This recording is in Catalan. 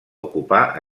ocupar